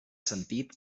sentit